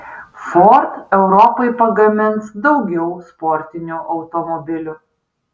ford europai pagamins daugiau sportinių automobilių